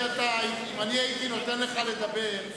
אם אני הייתי נותן לך לדבר,